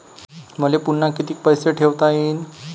मले पुन्हा कितीक पैसे ठेवता येईन?